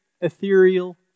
ethereal